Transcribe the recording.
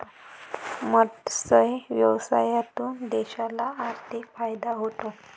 मत्स्य व्यवसायातून देशाला आर्थिक फायदा होतो